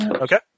Okay